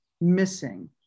missing